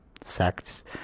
sects